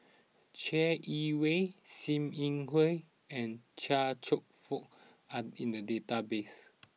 Chai Yee Wei Sim Yi Hui and Chia Cheong Fook are in the database